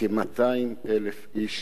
כ-200,000 איש